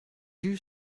you